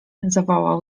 zawołał